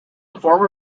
former